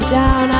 down